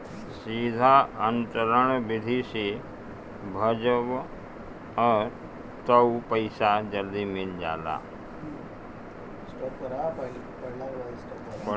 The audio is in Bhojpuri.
सीधा अंतरण विधि से भजबअ तअ पईसा जल्दी मिल जाला